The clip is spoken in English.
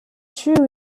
true